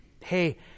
hey